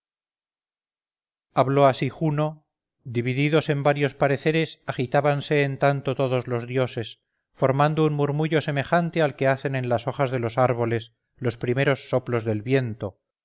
habló así juno divididos en varios pareceres agitábanse en tanto todos los dioses formando un murmullo semejante al que hacen en las hojas de los árboles los primeros soplos del viento